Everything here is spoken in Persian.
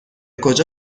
کجا